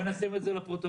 בואו נשים את זה בפרוטוקול.